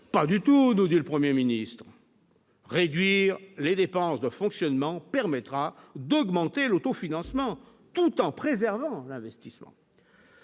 pas du tout, nous dit le 1er ministre. Réduire les dépenses de fonctionnement permettra d'augmenter l'autofinancement, tout en préservant l'investissement